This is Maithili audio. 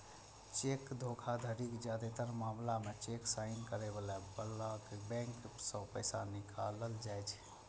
चेक धोखाधड़ीक जादेतर मामला मे चेक साइन करै बलाक बैंक सं पैसा निकालल जाइ छै